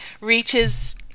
reaches